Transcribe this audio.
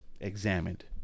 examined